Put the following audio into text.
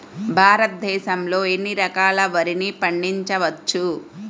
భారతదేశంలో ఎన్ని రకాల వరిని పండించవచ్చు